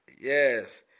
Yes